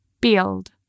build